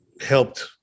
helped